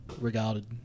regarded